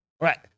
right